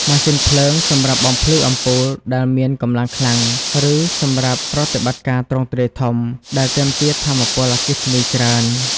ម៉ាស៊ីនភ្លើង សម្រាប់បំភ្លឺអំពូលដែលមានកម្លាំងខ្លាំង ឬសម្រាប់ប្រតិបត្តិការទ្រង់ទ្រាយធំ ដែលទាមទារថាមពលអគ្គិសនីច្រើន។